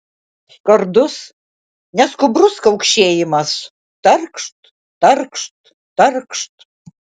skardus neskubrus kaukšėjimas tarkšt tarkšt tarkšt